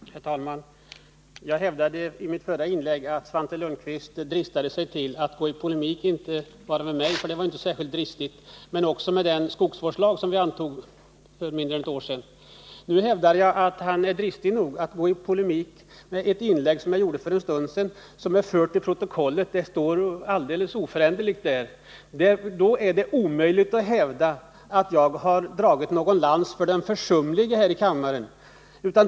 Herr talman! Jag hävdade i mitt förra inlägg att Svante Lundkvist dristade sig till att gå i polemik inte bara med mig, för det var inte särskilt dristigt, utan också mot den skogsvårdslag som vi antog för mindre än ett år sedan. Nu hävdar jag att han är dristig nog att gå i polemik mot ett inlägg som jag gjorde för en stund sedan och som är fört till protokollet. Det står alldeles oföränderligt där, och det är omöjligt att hävda att jag har dragit någon lans för försumliga skogsägare.